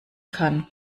kann